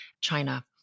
China